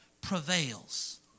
prevails